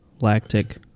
lactic